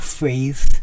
faith